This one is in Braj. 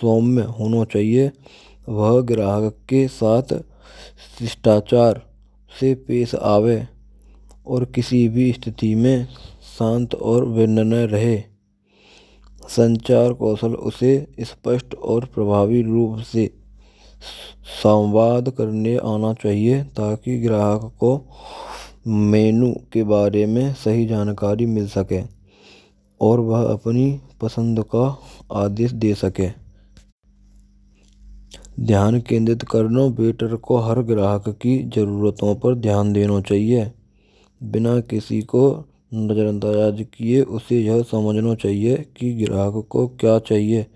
saumy hona chaahie. Vah graahak ke saath shesthaachaar se pesh ave. Aur kisee bhee sthiti mein shaant aur vynan rahe. Sanchaar kaushal usee soast aur prabhaavee rahe. Sanvaad karana aana chaahie. Taaki graahak ko menu ke bare mai shi jaankari mil ske. Aur vah apni psand ka adesh de ske. Dhyan kendrit krno vetro ki har grahak ki jarurato pr dhyan deno chahiie. Bina kisi ko najarandaaj kiye usee smajhna chahiie ki grahak ko kya chahiye.